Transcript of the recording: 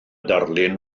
darlun